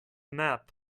nap